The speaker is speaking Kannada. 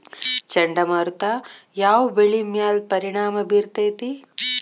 ಚಂಡಮಾರುತ ಯಾವ್ ಬೆಳಿ ಮ್ಯಾಲ್ ಪರಿಣಾಮ ಬಿರತೇತಿ?